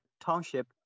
township